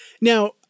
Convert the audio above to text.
Now